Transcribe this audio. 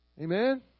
Amen